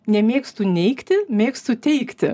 nemėgstu neigti mėgstu teikti